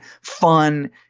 fun